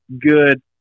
good